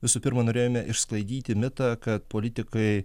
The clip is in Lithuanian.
visų pirma norėjome išsklaidyti mitą kad politikai